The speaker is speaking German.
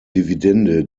dividende